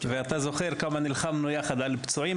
ואתה זוכר כמה נלחמנו יחד על פצועים,